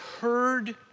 heard